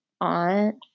aunt